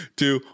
two